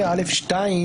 עו"ד ורהפטיג